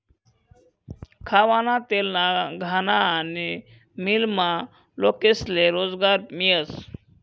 खावाना तेलना घाना आनी मीलमा लोकेस्ले रोजगार मियस